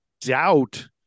doubt